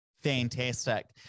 Fantastic